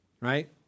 right